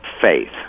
Faith